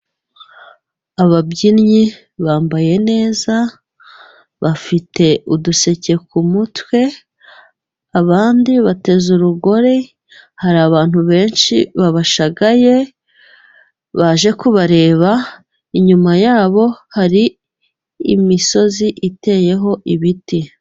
Ababyinnyi bambaye neza, bafite uduseke ku mutwe, abandi bateze urugori, hari abantu benshi babashagaye baje kubareba, inyuma yabo hari imisozi iteyeho ibiti.